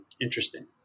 Interesting